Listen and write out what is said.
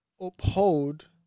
uphold